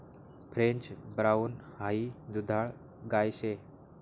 French brown हाई दुधाळ गाय शे